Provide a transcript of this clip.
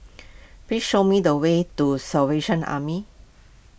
please show me the way to Salvation Army